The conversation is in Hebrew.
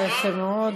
סוכם עשרה דוברים.